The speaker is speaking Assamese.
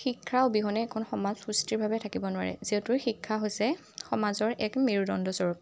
শিক্ষাৰ অবিহনে এখন সমাজ সুস্থিৰভাৱে থাকিব নোৱাৰে যিহেতু শিক্ষা হৈছে সমাজৰ এক মেৰুদণ্ড স্বৰূপ